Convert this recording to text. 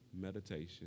meditation